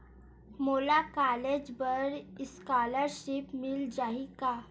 मोला कॉलेज बर स्कालर्शिप मिल जाही का?